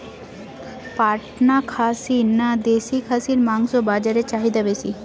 পাটনা খাসি না দেশী খাসির মাংস বাজারে চাহিদা বেশি?